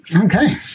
okay